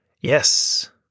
Yes